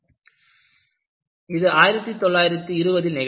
1920ல் நிகழ்ந்தது